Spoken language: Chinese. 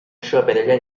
设备